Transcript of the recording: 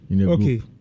Okay